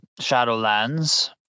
Shadowlands